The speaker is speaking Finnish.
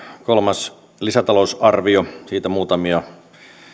kolmas lisätalousarvio siitä muutamia